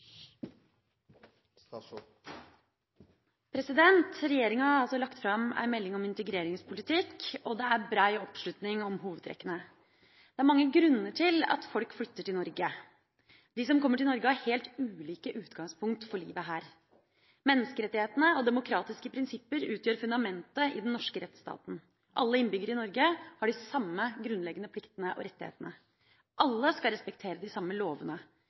til. Regjeringa har lagt fram en melding om integreringspolitikk, og det er bred oppslutning om hovedtrekkene. Det er mange grunner til at folk flytter til Norge. De som kommer til Norge, har helt ulike utgangspunkt for livet her. Menneskerettighetene og demokratiske prinsipper utgjør fundamentet i den norske rettsstaten. Alle innbyggere i Norge har de samme grunnleggende pliktene og rettighetene. Alle skal respektere de samme lovene.